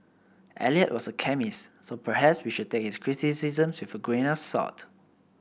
Eliot was a chemist so perhaps we should take his criticisms with a grain of salt